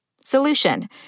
Solution